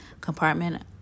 compartment